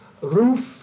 roof